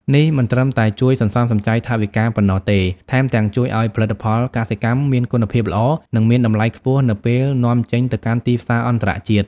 នេះមិនត្រឹមតែជួយសន្សំសំចៃថវិកាប៉ុណ្ណោះទេ ថែមទាំងជួយឲ្យផលិតផលកសិកម្មមានគុណភាពល្អ និងមានតម្លៃខ្ពស់នៅពេលនាំចេញទៅកាន់ទីផ្សារអន្តរជាតិ។